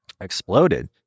exploded